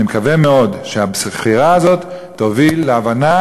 אני מקווה מאוד שהבחירה הזאת תוביל להבנה